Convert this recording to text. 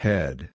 Head